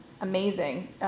amazing